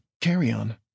carry-on